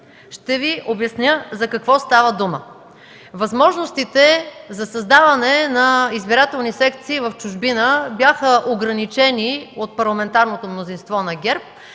Ще Ви обясня за какво става дума. Възможностите за създаване на избирателни секции в чужбина бяха ограничени от парламентарното мнозинство на ГЕРБ